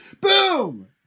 Boom